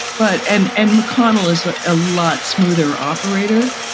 but and and mcconnell is a ah lot smoother operator.